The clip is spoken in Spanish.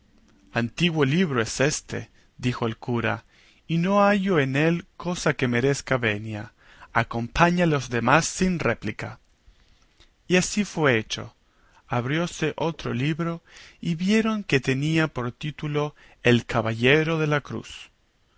barbero antiguo libro es éste dijo el cura y no hallo en él cosa que merezca venia acompañe a los demás sin réplica y así fue hecho abrióse otro libro y vieron que tenía por título el caballero de la cruz